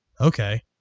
okay